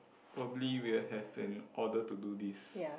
probably we'll have an order to do this